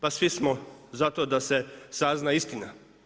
Pa svi smo za to da se sazna istina.